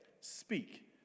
speak